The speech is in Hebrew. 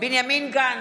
בנימין גנץ,